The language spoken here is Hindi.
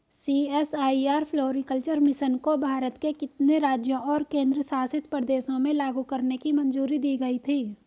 सी.एस.आई.आर फ्लोरीकल्चर मिशन को भारत के कितने राज्यों और केंद्र शासित प्रदेशों में लागू करने की मंजूरी दी गई थी?